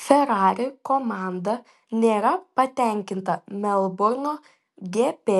ferrari komanda nėra patenkinta melburno gp